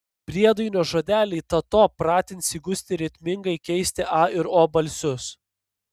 priedainio žodeliai ta to pratins įgusti ritmingai keisti a ir o balsius